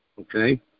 okay